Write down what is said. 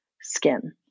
skin